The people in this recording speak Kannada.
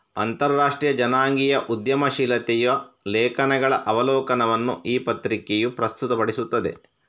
ಅಂತರರಾಷ್ಟ್ರೀಯ ಜನಾಂಗೀಯ ಉದ್ಯಮಶೀಲತೆಯ ಲೇಖನಗಳ ಅವಲೋಕನವನ್ನು ಈ ಪತ್ರಿಕೆಯು ಪ್ರಸ್ತುತಪಡಿಸುತ್ತದೆ